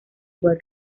igual